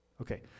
Okay